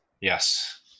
Yes